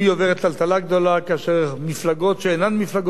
כאשר מפלגות שאינן מפלגות זכויות אדם אלא מפלגות